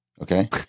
okay